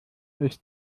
ist